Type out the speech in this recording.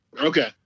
Okay